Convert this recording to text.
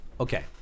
Okay